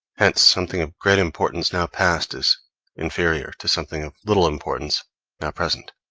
hence something of great importance now past is inferior to something of little importance now present,